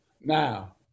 now